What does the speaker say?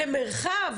למרחב,